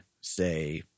say